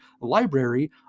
library